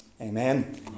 Amen